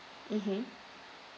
mmhmm